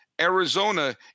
Arizona